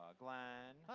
ah glenn.